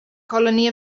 colony